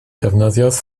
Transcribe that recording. defnyddiodd